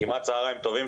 כמעט צהריים טובים.